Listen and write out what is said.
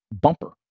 bumper